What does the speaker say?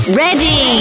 ready